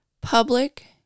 Public